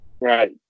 Right